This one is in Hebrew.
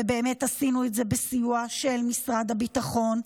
ובאמת עשינו את זה בסיוע של משרד הביטחון.